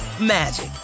magic